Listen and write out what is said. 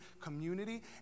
community